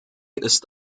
ist